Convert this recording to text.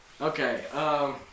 Okay